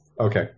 Okay